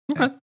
Okay